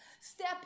Step